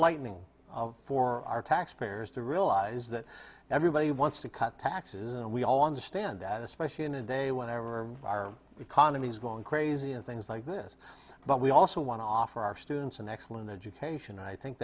lightning for our taxpayers to realize that everybody wants to cut taxes and we all understand that especially in a day whenever our economy is going crazy and things like this but we also want to offer our students an excellent education and i think